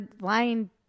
lying